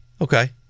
Okay